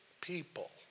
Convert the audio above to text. people